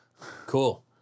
Cool